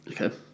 okay